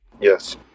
Yes